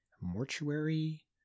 mortuary